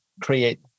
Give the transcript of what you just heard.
create